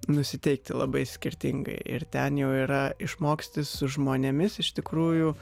nusiteikti labai skirtingai ir ten jau yra išmoksti su žmonėmis iš tikrųjų